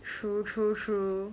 true true true